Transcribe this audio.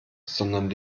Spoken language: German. sondern